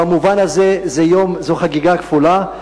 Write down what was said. במובן הזה, זו חגיגה כפולה.